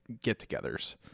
get-togethers